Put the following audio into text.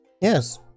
Yes